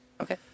Okay